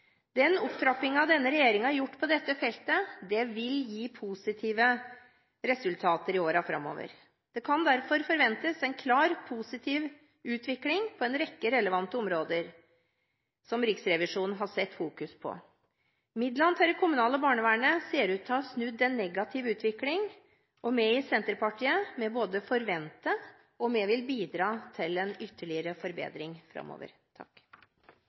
Den opptrappingen denne regjeringen har gjort på dette feltet, vil gi positive resultater i årene framover. Det kan derfor forventes en klar, positiv utvikling på en rekke relevante områder som Riksrevisjonen har satt fokus på. Midlene til det kommunale barnevernet ser ut til å ha snudd en negativ utvikling, og vi i Senterpartiet både forventer og vil bidra til en ytterligere forbedring framover.